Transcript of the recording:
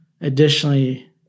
Additionally